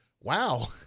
wow